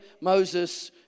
Moses